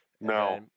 no